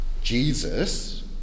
Jesus